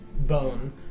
bone